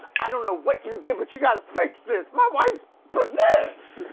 i don't know what you did, but you gotta fix this. my wife's possessed.